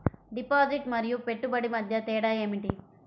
Deposit మరియు పెట్టుబడి మధ్య తేడా ఏమిటి?